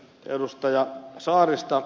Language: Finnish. kiitän ed